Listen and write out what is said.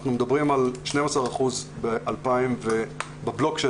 אנחנו מדברים על 12 אחוזים בבלוק של